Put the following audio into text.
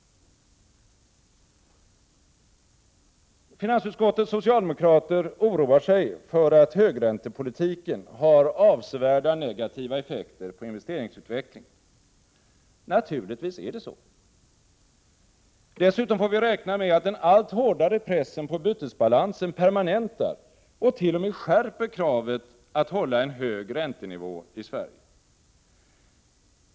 Finansutskottets socialdemokrater oroar sig för att högräntepolitiken har avsevärda negativa effekter på investeringsutvecklingen. Naturligtvis är det så. Dessutom får vi räkna med att den allt hårdare pressen på bytesbalansen permanentar och t.o.m. skärper kravet att hålla en hög räntenivå i Sverige.